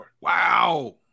Wow